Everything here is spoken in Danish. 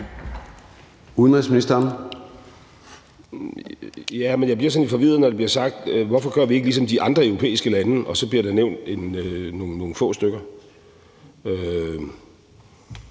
Jeg bliver sådan lidt forvirret, når der bliver spurgt, hvorfor vi ikke gør ligesom de andre europæiske lande, og der så bliver nævnt nogle få stykker,